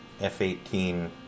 F-18